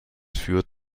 führt